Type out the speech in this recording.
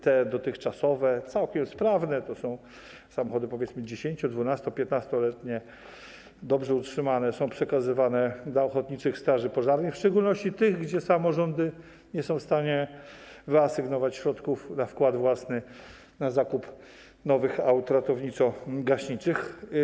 Te dotychczasowe, całkiem sprawne, to są samochody - powiedzmy - 10-, 12-, 15-letnie, dobrze utrzymane, są one przekazywane do ochotniczych straży pożarnych, w szczególności do tych, gdzie samorządy nie są w stanie wyasygnować środków na wkład własny na zakup nowych aut ratowniczo-gaśniczych.